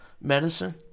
medicine